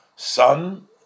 son